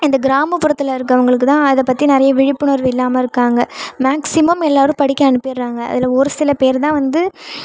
இந்த கிராமப்புறத்தில் இருக்கவங்களுக்குதான் அதை பற்றி நிறைய விழிப்புணர்வு இல்லாமல் இருக்காங்க மேக்ஸிமம் எல்லோரும் படிக்க அனுப்பிடுறாங்க அதில் ஒரு சில பேர்தான் வந்து